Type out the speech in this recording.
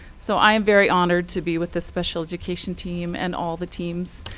so i am very honored to be with the special education team and all the teams.